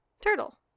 turtle